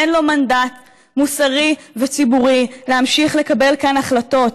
אין לו מנדט מוסרי וציבורי" להמשיך לקבל כאן החלטות.